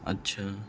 اچھا